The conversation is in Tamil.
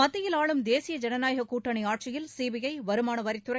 மத்தியில் ஆளும் தேசிய ஜனநாயக கூட்டணி ஆட்சியில் சி பி ஐ வருமானவரித்துறை